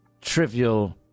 trivial